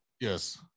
Yes